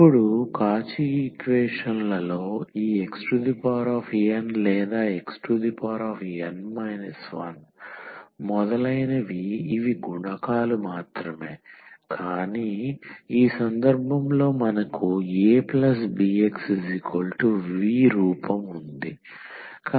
ఇప్పుడు కాచి ఈక్వేషన్ లలో ఈ xn లేదా x n 1 మొదలైనవి ఇవి గుణకాలు మాత్రమే కానీ ఈ సందర్భంలో మనకు abxv రూపం ఉంది